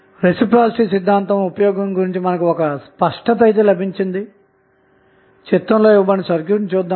reciprocity సిద్ధాంతం ఉపయోగం గురించి మనకు ఒక స్పష్టత లభించింది కాబట్టి చిత్రంలో ఇవ్వబడిన సర్క్యూట్ ని చూద్దాం